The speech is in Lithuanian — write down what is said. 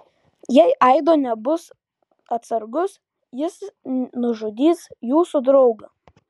jei aido nebus atsargus jis nužudys jūsų draugą